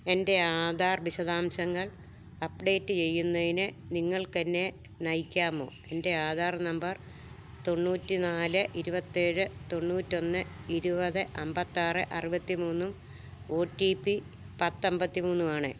എൻ്റെ ആധാർ വിശദാംശങ്ങൾ അപ്ഡേറ്റ് ചെയ്യുന്നതിന് നിങ്ങൾക്ക് എന്നെ നയിക്കാമോ എൻ്റെ ആധാർ നമ്പർ തൊണ്ണൂറ്റി നാല് ഇരുപത്തി ഏഴ് തൊണ്ണൂറ്റി ഒന്ന് ഇരുപത് അമ്പത്തി ആറ് അറുപത്തി മൂന്നും ഒ ടി പി പത്ത് അമ്പത്തി മൂന്നും ആണ്